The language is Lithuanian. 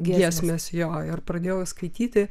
giesmės jo ir pradėjau skaityti